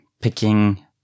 picking